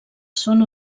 són